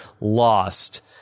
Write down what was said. Lost